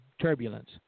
turbulence